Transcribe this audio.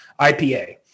IPA